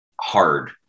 hard